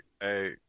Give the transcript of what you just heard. hey